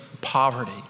poverty